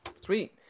Sweet